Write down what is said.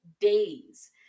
days